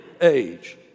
age